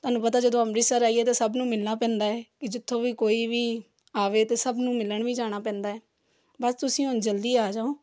ਤੁਹਾਨੂੰ ਪਤਾ ਜਦੋਂ ਅੰਮ੍ਰਿਤਸਰ ਆਈਏ ਤਾਂ ਸਭ ਨੂੰ ਮਿਲਣਾ ਪੈਂਦਾ ਏ ਕਿ ਜਿੱਥੋਂ ਵੀ ਕੋਈ ਵੀ ਆਵੇ ਅਤੇ ਸਭ ਨੂੰ ਮਿਲਣ ਵੀ ਜਾਣਾ ਪੈਂਦਾ ਬਸ ਤੁਸੀਂ ਹੁਣ ਜਲਦੀ ਆ ਜਾਓ